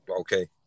okay